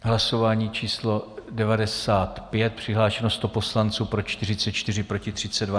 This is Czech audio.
Hlasování číslo 95, přihlášeno 100 poslanců, pro 44, proti 32.